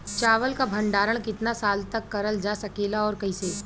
चावल क भण्डारण कितना साल तक करल जा सकेला और कइसे?